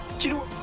to